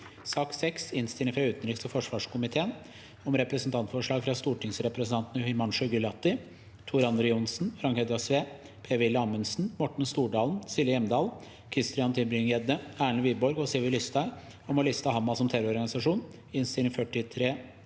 2023 Innstilling fra utenriks- og forsvarskomiteen om Representantforslag fra stortingsrepresentantene Himanshu Gulati, Tor André Johnsen, Frank Edvard Sve, Per-Willy Amundsen, Morten Stordalen, Silje Hjemdal, Christian Tybring-Gjedde, Erlend Wiborg og Sylvi Listhaug om å liste Hamas som terrororganisasjon (Innst. 43